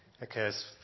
occurs